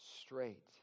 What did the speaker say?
straight